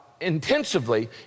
intensively